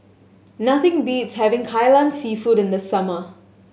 nothing beats having Kai Lan Seafood in the summer